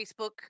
Facebook